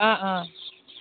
অঁ অঁ